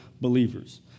believers